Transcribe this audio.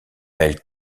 elle